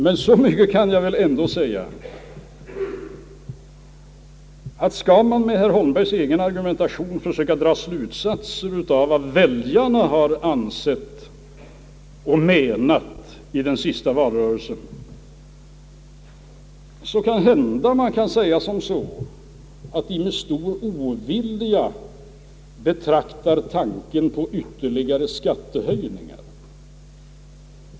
Men så mycket kan jag väl ändå säga, att skall man med herr Holmbergs egen argumentation försöka dra slutsatser av vad väljarna har ansett vid det senaste valet kanhända man kan säga som så, att de med stor ovilja betraktar förslag om skattehöjningar.